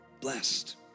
blessed